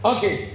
Okay